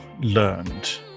learned